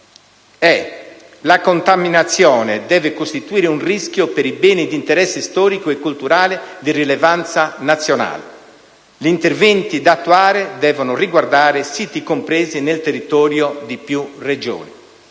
la contaminazione deve costituire un rischio per i beni di interesse storico e culturale di rilevanza nazionale; gli interventi da attuare devono riguardare siti compresi nel territorio di più Regioni.